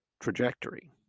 trajectory